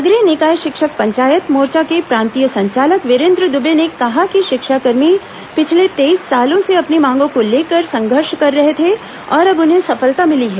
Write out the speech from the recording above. नगरीय निकाय शिक्षक पंचायत मोर्चा के प्रांतीय संचालक वीरेन्द्र दुबे ने कहा है कि शिक्षाकर्मी पिछले तेईस सालों से अपनी मांगों को लेकर संघर्ष कर रहे थे और अब उन्हें सफलता मिली है